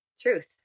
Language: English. truth